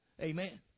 Amen